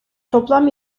toplam